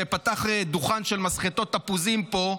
אז אני רוצה לדבר על מי שסוחט ופתח דוכן של מסחטות תפוזים פה,